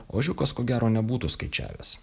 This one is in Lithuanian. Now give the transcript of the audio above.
ožiukas ko gero nebūtų skaičiavęs